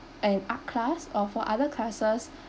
an art class or for other classes